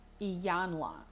Iyanla